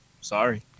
Sorry